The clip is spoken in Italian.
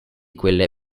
quelle